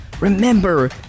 Remember